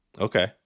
okay